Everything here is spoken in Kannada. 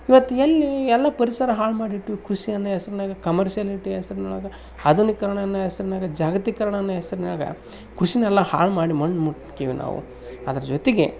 ಇವತ್ತು ಎಲ್ಲಿ ಎಲ್ಲ ಪರಿಸರ ಹಾಳ್ಮಾಡಿ ಇಟ್ವಿ ಕೃಷಿಯನ್ನೋ ಹೆಸ್ರ್ನಾಗ ಕಮರ್ಶ್ಯಾಲಿಟಿ ಹೆಸ್ರ್ನಾಗ ಆಧುನೀಕರ್ಣ ಅನ್ನೋ ಹೆಸ್ರ್ನಾಗ ಜಾಗತೀಕರಣ ಅನ್ನೋ ಹೆಸ್ರ್ನಾಗ ಕೃಷಿನೆಲ್ಲ ಹಾಳುಮಾಡಿ ಮಣ್ಣು ಮುಕ್ಕೆವಿ ನಾವು ಅದ್ರ ಜೊತಿಗೆ